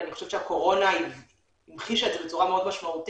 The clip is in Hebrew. ואני חושבת שהקורונה המחישה את זה בצורה מאוד משמעותית,